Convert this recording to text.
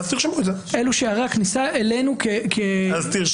אלו שערי הכניסה אלינו כמדינה.